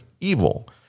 evil